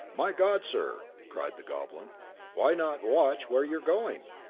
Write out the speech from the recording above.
my god, sir! cried the goblin why not watch where you're going?